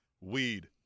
Weed